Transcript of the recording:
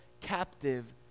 captive